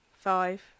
Five